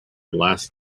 last